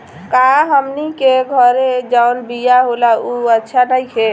का हमनी के घरे जवन बिया होला उ अच्छा नईखे?